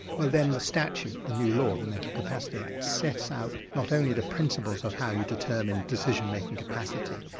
well then the statute, the new law, the mental capacity act sets out not only the principles of how you determine decision making capacity,